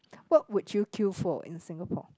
what would you queue for in Singapore